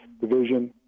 division